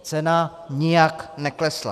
Cena nijak neklesla.